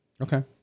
Okay